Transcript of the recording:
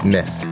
Miss